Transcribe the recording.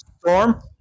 Storm